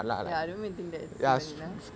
ya I don't even think that's even enough